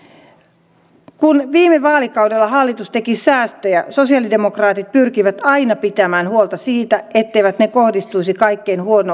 kun viime vaalikaudella hallitus teki säästöjä sosialidemokraatit pyrkivät aina pitämään huolta siitä etteivät ne kohdistuisi kaikkein huono osaisimpiin